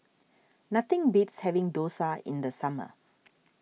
nothing beats having Dosa in the summer